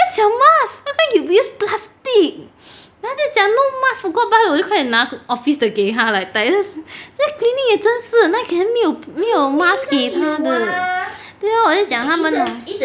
where's your mask how come you use plastic no mask forgot buy 我就快点拿 office 的给他来带那个 clinic 也真是那里可能没有没有 mask 给他的对咯我就讲他们 hor